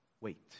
wait